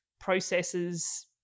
processes